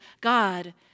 God